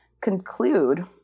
conclude